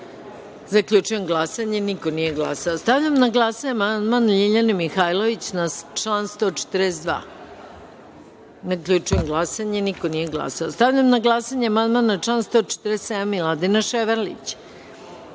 Mirčića. Zaključujem glasanje: niko nije glasao. Stavljam na glasanje amandman Ljiljane Mihajlović na član 142.Zaključujem glasanje: niko nije glasao. Stavljam na glasanje amandman na član 147. Miladina